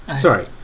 Sorry